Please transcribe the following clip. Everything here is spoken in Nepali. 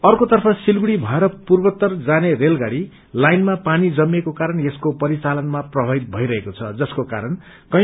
अर्कोतर्फ सिलीगुड़ी भएर पूर्वोतर जाने रेलगाड़ी लाइनमा पानी जम्मिएको कारण यसको पचिालन प्रमावित भइरहेको छ जसको क्वारण कयो